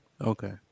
okay